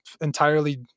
entirely